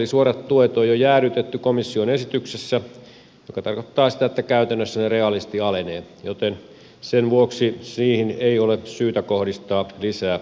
suorat tuet on jo jäädytetty komission esityksessä mikä tarkoittaa sitä että käytännössä ne reaalisesti alenevat joten sen vuoksi niihin ei ole syytä kohdistaa lisää leikkauksia